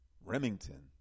Remington